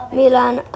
Milan